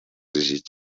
desig